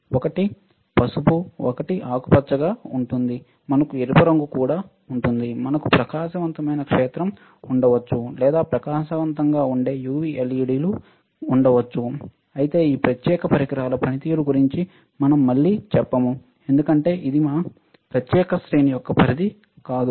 ఒకటి పసుపు ఒకటి ఆకుపచ్చగా ఉంటుంది మనకు ఎరుపు రంగు కూడా ఉంటుంది మనకు ప్రకాశవంతమైన క్షేత్రం ఉండవచ్చు లేదా ప్రకాశవంతంగా ఉండే UV LED లు కలిగి ఉండవచ్చు అయితే ఈ ప్రత్యేక పరికరాల పనితీరు గురించి మనం మళ్ళీ చెప్పము ఎందుకంటే అది మా ప్రత్యేక శ్రేణి యొక్క పరిధి కాదు